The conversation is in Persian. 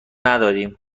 نداریم